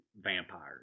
vampires